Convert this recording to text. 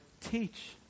teach